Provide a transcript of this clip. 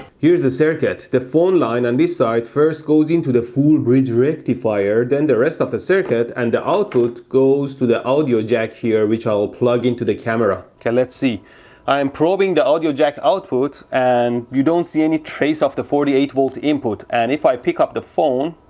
here's the circuit the phone line on this side first goes into the full bridge rectifier then the rest of the circuit and the output goes to the audio jack here, which i'll plug into the camera. okay let's see i am probing the audio jack output and you don't see any trace of the forty eight volt input and if i pick up the phone,